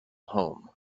home